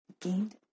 gained